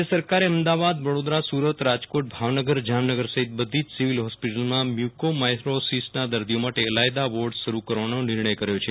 રાજ્ય સરકારે અમદાવાદવડીદરાસુરતરાજકોટભાવનગરજામનગર સહિત બધી જ સિવિલ હોસ્પિટલોમાં મ્યુકોમાપરોસીસના દર્દીઓ માટે અલાયદા વોર્ડ શરૂ કરવાનો નિર્ણય કર્યો છે